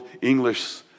English